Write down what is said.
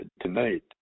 tonight